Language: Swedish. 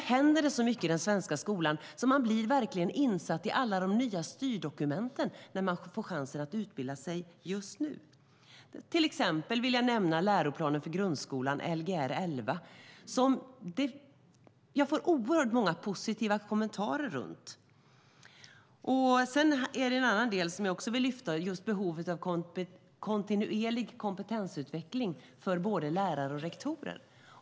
Det händer så mycket i den svenska skolan, så man blir verkligen insatt i alla de nya styrdokumenten när man får chansen att utbilda sig just nu. Jag vill till exempel nämna läroplanen för grundskolan, Lgr 11, som jag får oerhört många positiva kommentarer om. Det finns även en annan del som jag vill lyfta fram, och det är just behovet av kontinuerlig kompetensutveckling för både lärare och rektorer.